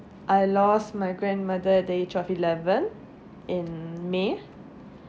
I lost my grandmother at the age of eleven in may